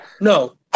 No